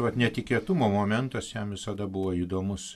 vat netikėtumo momentas jam visada buvo įdomus